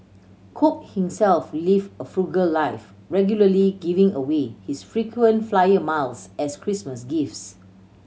cook himself live a frugal life regularly giving away his frequent flyer miles as Christmas gifts